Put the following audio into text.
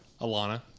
Alana